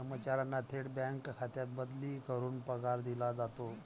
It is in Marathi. कर्मचाऱ्यांना थेट बँक खात्यात बदली करून पगार दिला जातो